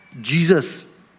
Jesus